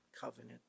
covenant